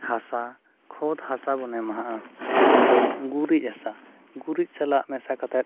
ᱦᱟᱥᱟ ᱠᱷᱚᱫᱽ ᱦᱟᱥᱟ ᱵᱚᱱ ᱮᱢᱟᱜᱼᱟ ᱢᱮᱱᱫᱚ ᱜᱩᱨᱤᱡ ᱦᱟᱥᱟ ᱜᱩᱨᱤᱡ ᱥᱟᱞᱟᱜ ᱢᱮᱥᱟ ᱠᱟᱛᱮᱫ